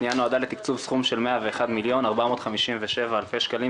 הפנייה נועדה לתקצוב סכום של 101,457 אלפי שקלים